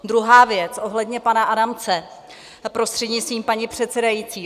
Druhá věc, ohledně pana Adamce, prostřednictvím paní předsedající.